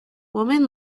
woman